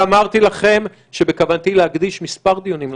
ואמרתי לכם שבכוונתי להקדיש כמה דיונים לנושא,